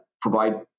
provide